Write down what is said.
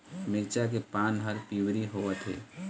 मिरचा के पान हर पिवरी होवथे?